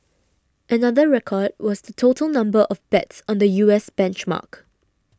another record was the total number of bets on the U S benchmark